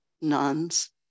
nuns